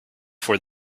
for